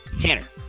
Tanner